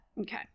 Okay